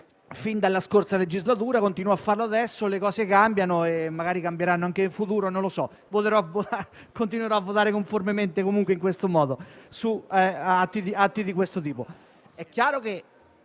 fin dalla scorsa legislatura e continuo a farlo adesso. Le cose cambiano e magari cambieranno anche in futuro ma non lo so. Continuerò in ogni caso a votare conformemente in questo modo su atti di siffatto tipo.